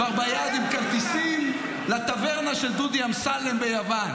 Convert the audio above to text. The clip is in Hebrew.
-- כבר ביד עם כרטיסים לטברנה של דודי אמסלם ביוון